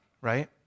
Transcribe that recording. right